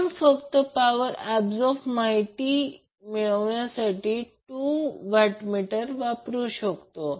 आपण फक्त power absorb माहिती मिळवण्यासाठी 2 वॅटमीटर वापरू शकतो